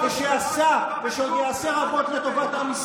על מה אתה מדבר?